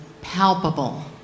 palpable